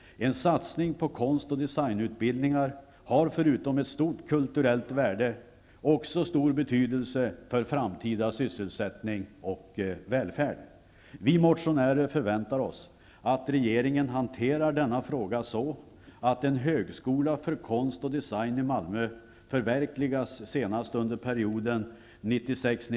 En satsning på konst och designutbildningar har förutom ett stort kulturellt värde okså stor betydelse för framtida sysselsättning och välfärd. Vi motionärer förväntar oss att regeringen hanterar denna fråga så att en högskola för konst och design i Malmö förverkligas senast under perioden